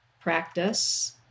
practice